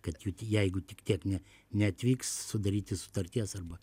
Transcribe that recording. kad jų ti jeigu tik tiek ne neatvyks sudaryti sutarties arba